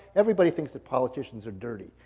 everybody thinks that politicians are dirty,